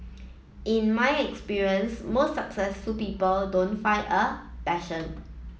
in my experience most successful people don't find a passion